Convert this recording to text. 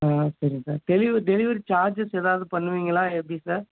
ஆ சரிங்க sir delivery delivery charges ஏதாவது பண்ணுவீங்களா எப்படி சார்